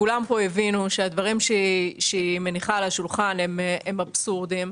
כולם פה הבינו שהדברים שהיא מניחה על השולחן הם אבסורדיים.